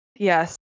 Yes